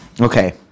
Okay